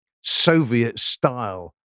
Soviet-style